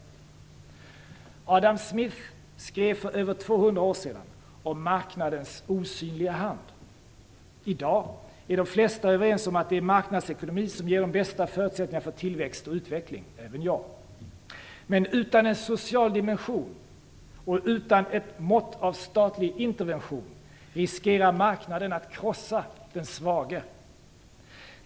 Adam Smith skrev för över 200 år sedan om marknadens osynliga hand. I dag är de flesta överens om att en marknadsekonomi ger de bästa förutsättningarna för tillväxt och utveckling, även jag. Men utan en social dimension och utan ett mått av statlig intervention riskerar marknaden att krossa den svage.